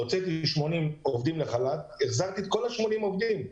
הוצאתי 80 עובדים לחל"ת והחזרתי את כולם לעבוד.